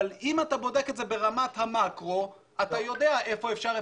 אבל אם אתה בודק את זה ברמת המקרו אתה יודע איפה אפשר,